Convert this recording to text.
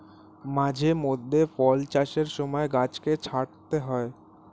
মাঝে মধ্যে ফল চাষের সময় গাছকে ছাঁটতে হয়